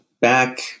back